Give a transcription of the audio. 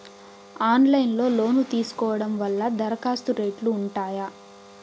Online లో loan తీసుకోవడం వల్ల దరఖాస్తు రేట్లు ఉంటాయా?